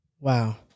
Wow